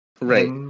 Right